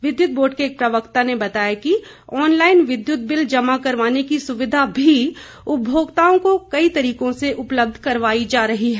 विद्युत बोर्ड के एक प्रवक्ता ने बताया कि ऑनलाइन विद्युत बिल जमा करने की सुविधा भी उपभोक्ताओं को कई तरीकों से उपलब्ध करवाई जा रही है